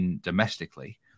domestically